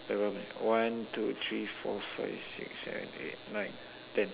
nevermind one two three four five six seven eight nine ten